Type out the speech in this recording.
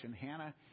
hannah